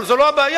אבל זו לא הבעיה.